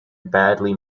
badly